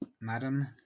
Madam